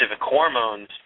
hormones